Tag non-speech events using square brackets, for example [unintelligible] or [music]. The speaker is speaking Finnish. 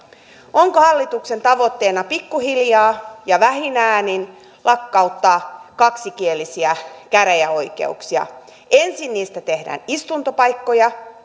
onko hallituksen tavoitteena pikkuhiljaa ja vähin äänin lakkauttaa kaksikielisiä käräjäoikeuksia ensin niistä tehdään istuntopaikkoja [unintelligible]